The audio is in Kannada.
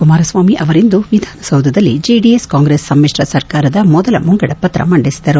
ಕುಮಾರಸ್ವಾಮಿ ಅವರಿಂದು ವಿಧಾನಸೌಧದಲ್ಲಿ ಜೆಡಿಎಸ್ ಕಾಂಗ್ರೆಸ್ ಸಮ್ಮಿಶ್ರ ಸರ್ಕಾರದ ಮೊದಲ ಮುಂಗಡ ಪತ್ರವನ್ನು ಮಂಡಿಸಿದರು